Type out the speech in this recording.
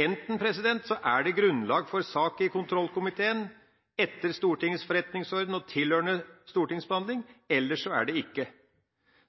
Enten er det grunnlag for sak i kontrollkomiteen etter Stortinget forretningsorden og tilhørende stortingsbehandling, eller så er det det ikke.